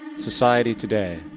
society today,